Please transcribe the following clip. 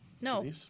No